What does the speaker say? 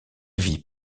vit